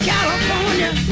California